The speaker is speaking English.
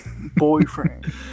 Boyfriend